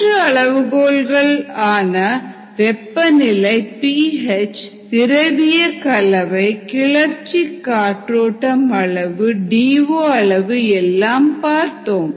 மற்ற அளவுகோல்கள் ஆன வெப்பநிலை பி ஹெச் திரவிய கலவை கிளர்ச்சி காற்றோட்டம் அளவு டிவோ அளவு எல்லாம் பார்த்தோம்